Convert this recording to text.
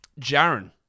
Jaron